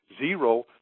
zero